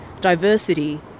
Diversity